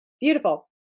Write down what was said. Beautiful